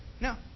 No